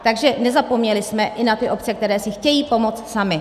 Takže nezapomněli jsme i na ty obce, které si chtějí pomoci samy.